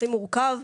הכי מורכב,